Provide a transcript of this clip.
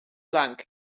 blanc